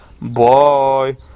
Bye